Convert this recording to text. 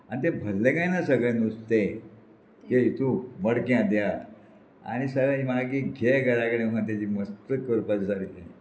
आनी तें भरलें कांय ना सगळें नुस्तें त्या हेतू मडक्या दिया आनी सगळें म्हाका की घे घरा कडेन तेजी मस्तक करपाचें सारकें